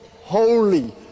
holy